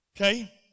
Okay